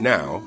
Now